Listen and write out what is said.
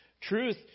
Truth